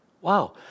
Wow